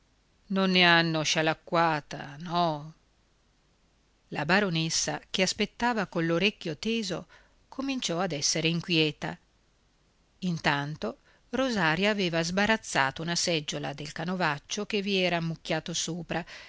non ne hanno scialacquata no la baronessa che aspettava coll'orecchio teso cominciò ad essere inquieta intanto rosaria aveva sbarazzato una seggiola del canovaccio che vi era ammucchiato sopra